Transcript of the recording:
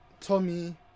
Tommy